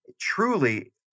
truly